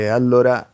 allora